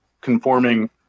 conforming